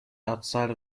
outside